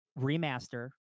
remaster